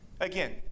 again